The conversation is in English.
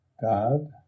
God